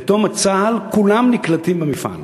ובתום השירות בצה"ל כולם נקלטים במפעל.